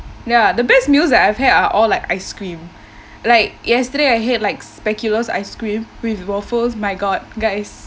ya the best meals I've had are all like ice cream like yesterday I had like speculoos ice cream with waffles my god guys